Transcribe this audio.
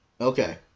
Okay